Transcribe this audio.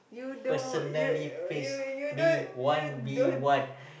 personally face me one we one